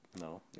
No